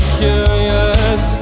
curious